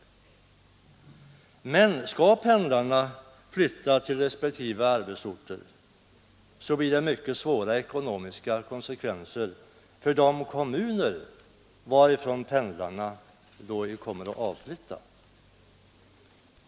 Men skall pendlarna flytta till respektive arbetsorter blir det mycket svåra ekonomiska konsekvenser för de kommuner varifrån pendlarna då kommer att avflytta.